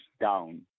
down